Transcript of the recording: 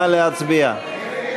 נא להצביע.